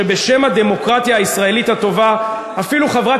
שבשם הדמוקרטיה הישראלית הטובה אפילו חברת